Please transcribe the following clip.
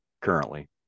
currently